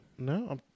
No